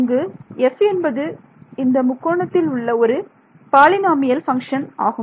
இங்கு 'f' என்பது இந்த முக்கோணத்தில் உள்ள ஒரு பாலினாமியல் பங்க்ஷன் ஆகும்